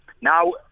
Now